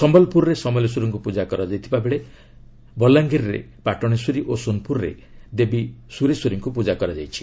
ସମ୍ଭଲପୁରରେ ସମଲେଶ୍ୱରୀଙ୍କୁ ପ୍ରଜା କରାଯାଉଥିବା ବେଳେ ବଲାଙ୍ଗୀରରେ ପାଟଣେଶ୍ୱରୀ ଓ ସୋନପୁରରେ ଦେବୀ ସୁରେଶ୍ୱରୀଙ୍କୁ ପୂଜା କରାଯାଉଛି